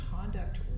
conduct